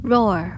Roar